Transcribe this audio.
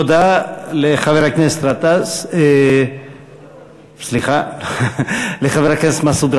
תודה לחבר הכנסת מסעוד גנאים.